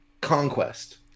conquest